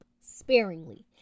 sparingly